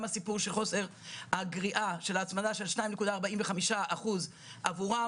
הסיפור של חוסר הגריעה של ההצמדה של 2.45% עבורם,